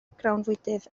grawnfwydydd